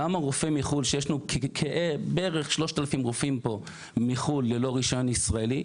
יש בערך 3,000 רופאים פה מחו"ל ללא רישיון ישראלי.